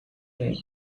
time